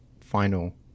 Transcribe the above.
final